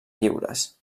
lliures